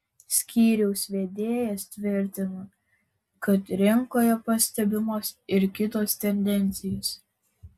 skyriaus vedėjas tvirtino kad rinkoje pastebimos ir kitos tendencijos